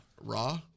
Raw